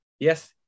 Yes